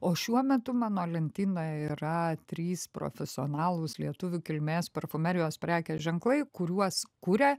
o šiuo metu mano lentynoj yra trys profesionalūs lietuvių kilmės parfumerijos prekės ženklai kuriuos kuria